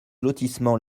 lotissement